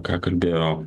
ką kalbėjo